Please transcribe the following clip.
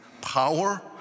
power